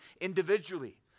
individually